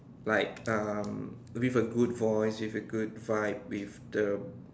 like um with a good voice with a good vibe with the